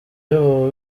y’ubu